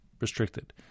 restricted